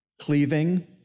cleaving